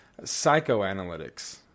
psychoanalytics